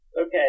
Okay